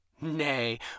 Nay